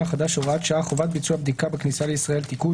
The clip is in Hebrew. החדש (הוראת שעה) (חובת ביצוע בדיקה בכניסה לישראל)(תיקון),